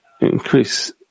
increase